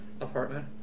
apartment